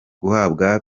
guhabwa